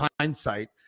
hindsight